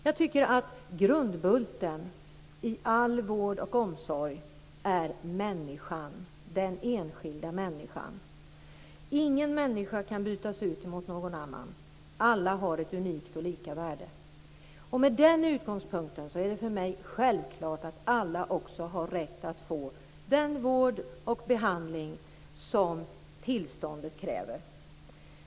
Jag tycker att grundbulten i all vård och omsorg är den enskilda människan. Ingen människa kan bytas ut mot någon annan - alla har ett unikt och lika värde. Med den utgångspunkten är det för mig självklart att alla också har rätt att få den vård och behandling som tillståndet kräver.